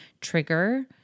trigger